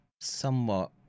somewhat